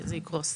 זה יקרוס.